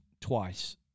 twice